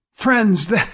Friends